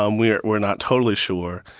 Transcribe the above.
um we're we're not totally sure.